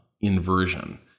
inversion